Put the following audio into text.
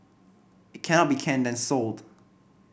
it can be canned and sold